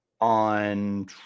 on